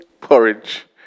porridge